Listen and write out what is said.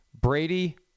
Brady